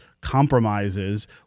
compromises